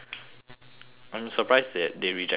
I'm surprised they they rejected the seal